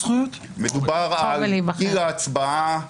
הוא לא מקבל החלטה, הוא מעביר שאילתה.